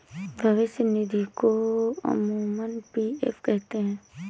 भविष्य निधि को अमूमन पी.एफ कहते हैं